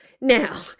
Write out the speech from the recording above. now